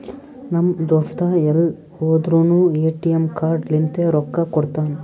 ನಮ್ ದೋಸ್ತ ಎಲ್ ಹೋದುರ್ನು ಎ.ಟಿ.ಎಮ್ ಕಾರ್ಡ್ ಲಿಂತೆ ರೊಕ್ಕಾ ಕೊಡ್ತಾನ್